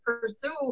pursue